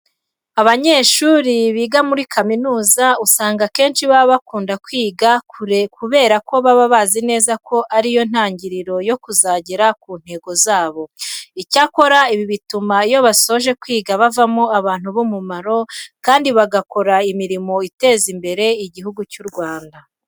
Abanyeshuri biga muri kaminuza usanga akenshi baba bakunda kwiga kubera ko baba bazi neza ko ari yo ntangiriro yo kuzagera ku ntego zabo. Icyakora ibi bituma iyo basoje kwiga bavamo abantu b'umumaro kandi bagakora imirimo iteza imbere Igihugu cy'u Rwanda.